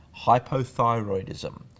Hypothyroidism